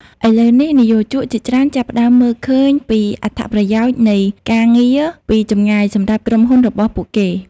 ឥឡូវនេះ និយោជកជាច្រើនចាប់ផ្ដើមមើលឃើញពីអត្ថប្រយោជន៍នៃការងារពីចម្ងាយសម្រាប់ក្រុមហ៊ុនរបស់ពួកគេ។